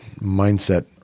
mindset